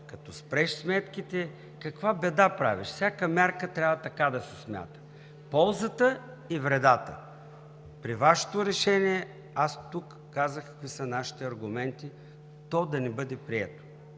като спреш сметките, каква беда правиш? Всяка мярка трябва така да се смята – ползата и вредата. За Вашето решение аз тук казах какви са нашите аргументи то да не бъде прието.